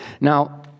Now